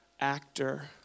actor